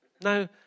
Now